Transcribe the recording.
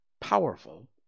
powerful